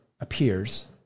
appears